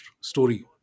story